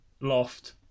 Loft